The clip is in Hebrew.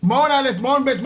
מעון אל"ף מעון בית,